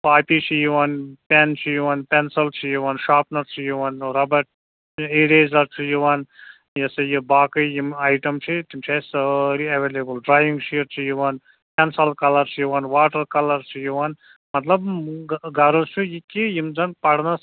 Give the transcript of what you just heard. copy چھِ یِوان pen چھِ یِوان پٮ۪نسَل چھِ یِوان شاپنَر چھِ یِوان رَبڈ اِریزَر چھُ یِوان یہِ ہسا یہِ باقٕے یِم آیٹم چھِ تِم چھِ اَسہِ سٲری ایولیبل ڈرایِنٛگ شیٖٹ چھِ یِوان پٮ۪نسَل کَلَر چھِ یِوان واٹَر کَلَر چھِ یِوان مطلب غرض چھُ یہِ کہِ یِم زَن پَرنَس